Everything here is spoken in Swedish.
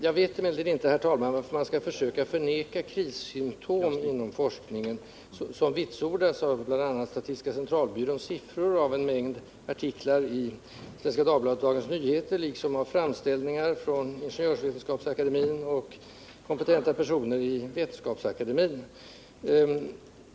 Jag vet emellertid inte, herr talman, om man bör försöka förneka krissymtom inom forskningen, som vitsordas bl.a. av statistiska centralbyråns siffror och av en mängd artiklar i Svenska Dagbladet och Dagens Nyheter, liksom av' framställningar från kompetenta personer i Ingenjörvetenskapsakademien och Vetenskapsakademien.